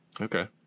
Okay